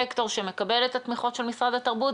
סקטור שמקבל את התמיכות של משרד התרבות,